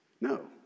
No